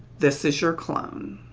this is your clone.